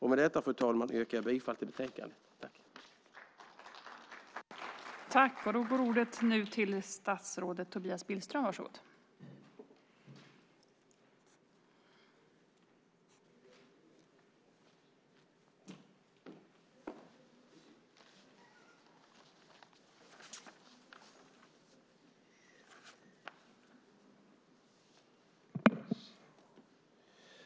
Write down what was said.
Med detta, fru talman, yrkar jag bifall till förslaget i betänkandet.